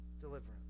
deliverance